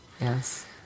yes